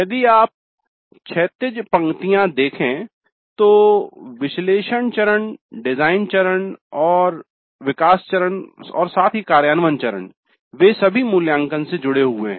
यदि आप क्षैतिज पंक्तियाँ देखे तो विश्लेषण चरण डिज़ाइन चरण विकास चरण और साथ ही कार्यान्वयन चरण वे सभी मूल्यांकन से जुड़े हुए हैं